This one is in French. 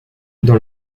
dans